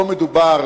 פה מדובר